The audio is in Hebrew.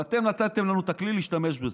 אבל כן נתתם לנו את הכלי להשתמש בזה,